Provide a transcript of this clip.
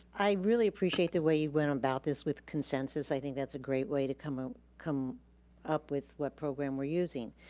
i really appreciate the way you went about this with consensus. i think that's a great way to come ah come up with what program we're using.